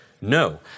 No